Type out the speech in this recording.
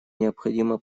необходимо